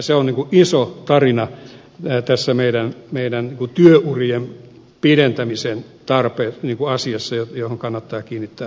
se on niin kun iso tarina tässä meidän työurien pidentämisen tarpeen asiassa johon kannattaa kiinnittää huomiota